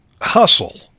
hustle